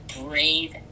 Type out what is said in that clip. brave